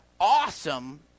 awesome